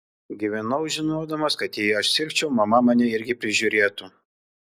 gyvenau žinodamas kad jei aš sirgčiau mama mane irgi prižiūrėtų